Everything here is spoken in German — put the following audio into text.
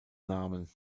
namen